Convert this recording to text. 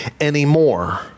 anymore